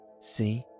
See